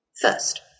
First